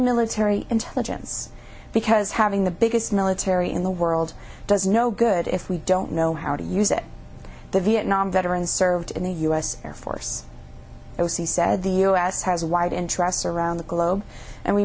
military intelligence because having the biggest military in the world does no good if we don't know how to use it the vietnam veteran served in the u s air force it was he said the u s has wide interests around the globe and we